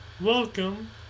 Welcome